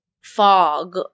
fog